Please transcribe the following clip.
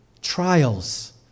trials